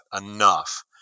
enough